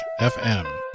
FM